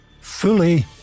fully